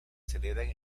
celebran